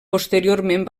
posteriorment